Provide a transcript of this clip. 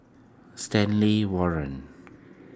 Stanley Warren